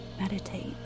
meditate